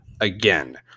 again